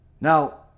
Now